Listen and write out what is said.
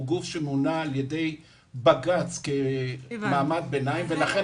הוא גוף שמונה על ידי בג"ץ כמעמד ביניים ולכן